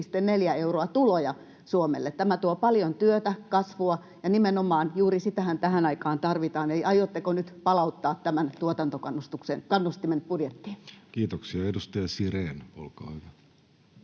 1,4 euroa tuloja Suomelle. Tämä tuo paljon työtä, kasvua, ja nimenomaan juuri sitähän tähän aikaan tarvitaan. Eli aiotteko nyt palauttaa tämän tuotantokannustimen budjettiin? Kiitoksia. — Edustaja Sirén, olkaa hyvä.